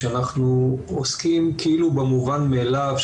שאנחנו עוסקים כאילו במובן מאליו,